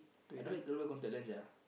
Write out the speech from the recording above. I don't like to wear contact lens sia